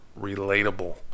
relatable